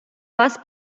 вас